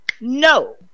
No